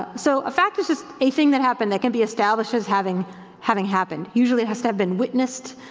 so a fact is just a thing that happened that can be established as having having happened, usually has to have been witnessed.